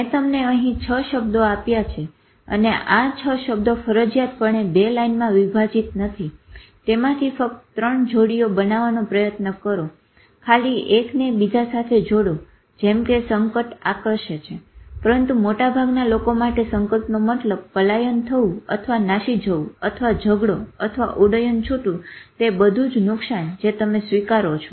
મેં તમને અહી 6 શબ્દો આપ્યા છે અને આ 6 શબ્દો ફરજિયાતપણે બે લાઈનમાં વિભાજીત નથી તેમાંથી ફક્ત ત્રણ જોડીઓ બનાવાનો પ્રયત્ન કરો ખાલી એક ને બીજા સાથે જોડો જેમ કે સંકટ આકર્ષે છે પરંતુ મોટાભાગના લોકો માટે સંકટનો મતલબ પલાયન થવું અથવા નાસી જવું અથવા જગડો અથવા ઉડ્ડયન છૂટવું તે બધુ જ નુકશાન જે તમે સ્વીકારો છો